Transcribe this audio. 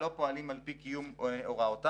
לא פועלים על פי קיום הוראותיו,